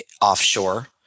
Offshore